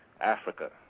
Africa